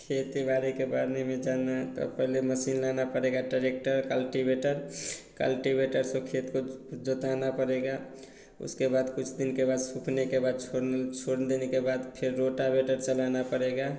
खेत के बारे के बारे में जाना हैं तो पहले मसीन लाना पड़ेगा ट्रांजैक्टर अल्टिमेटर कल्टीवेटर से खेत को जो जोतना पड़ेगा उसके बाद कुछ दिन के बाद सूखने के बाद छोड़ छोड़ देने के बाद फ़िर रोटावेटर चलाना पड़ेगा